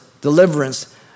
deliverance